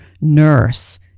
nurse